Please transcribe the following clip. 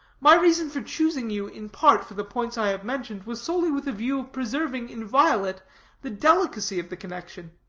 my reason for choosing you in part for the points i have mentioned, was solely with a view of preserving inviolate the delicacy of the connection.